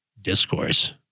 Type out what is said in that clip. Discourse